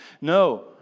No